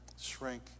shrink